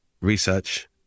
research